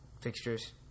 fixtures